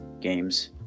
games